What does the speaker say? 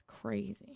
crazy